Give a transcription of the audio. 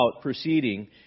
proceeding